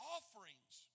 Offerings